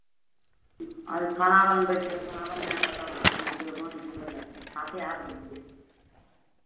अभी खाना बनबै छियै खाना बनाए कऽ तब जेबै भोट गिरबय लेल साथे आबू